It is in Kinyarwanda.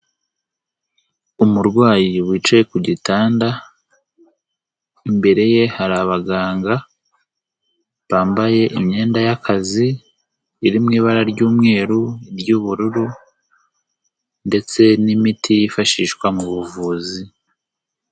Umurwayi wicaye ku gitanda. Imbere ye hari abaganga bambaye imyenda y'akazi. Iri mu ibara ry'umweru ry'ubururu ndetse n'imiti yifashishwa mu buvuzi.